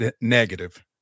Negative